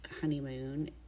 honeymoon